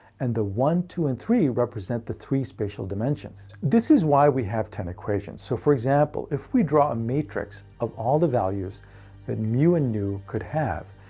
and the one, two, and three represent the three spatial dimensions. this is why we have ten equations. so for example if we draw a matrix of all the values that mu and nu could have,